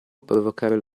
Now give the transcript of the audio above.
provocare